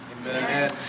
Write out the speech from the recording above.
Amen